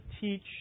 teach